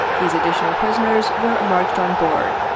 these additional prisoners were marched on board,